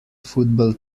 football